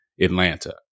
Atlanta